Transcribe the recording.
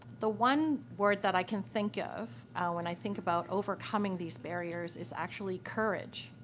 the one word that i can think of when i think about overcoming these barriers is actually courage.